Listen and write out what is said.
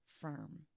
firm